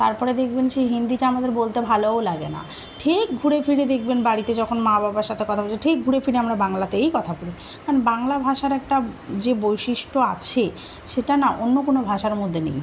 তারপরে দেখবেন সেই হিন্দিটা আমাদের বলতে ভালোও লাগে না ঠিক ঘুরে ফিরে দেখবেন বাড়িতে যখন মা বাবার সাথে কথা বলি ঠিক ঘুরে ফিরে আমরা বাংলাতেই কথা বলি কারণ বাংলা ভাষার একটা যে বৈশিষ্ট্য আছে সেটা না অন্য কোনো ভাষার মধ্যে নেই